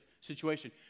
situation